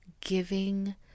giving